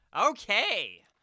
okay